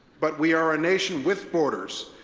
but we are a nation with borders,